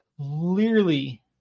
clearly